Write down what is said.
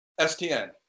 STN